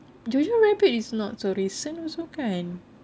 jojo rabbit is not so recent also kan